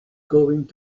going